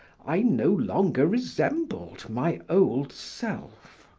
i no longer resembled my old self.